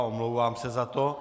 Omlouvám se za to.